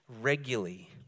regularly